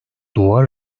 duvar